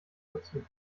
dazu